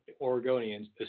Oregonians